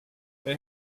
they